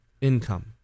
income